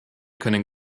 können